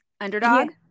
underdog